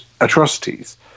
atrocities